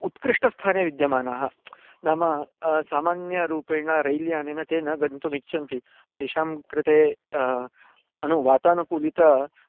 उत्कृष्टस्थाने विद्यमानाः नाम सामान्यरूपेण रैल् यानेन ते न गन्तुमिच्छन्ति तेषां कृते अनु वतानुकूलितम्